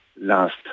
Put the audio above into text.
last